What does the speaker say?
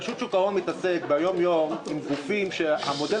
רשות שוק ההון מתעסקת ביום-יום עם גופים שהמודל